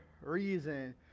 reason